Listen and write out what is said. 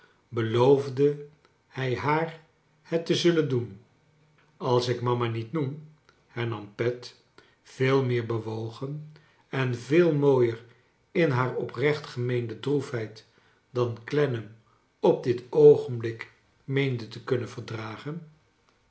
beloofde hij haar het te zullen doen als ik mama niet noem hernam pet veel meer bewogen en veel mooier in haar oprecht gemeende droefheid dan clennam op dit oogenblik meende te kunnen verdragen